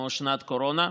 שנת קורונה.